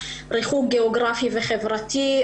ריחוק גיאוגרפי וחברתי,